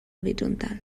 horitzontal